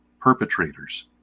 perpetrators